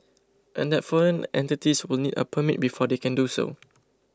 and that foreign entities will need a permit before they can do so